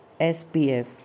SPF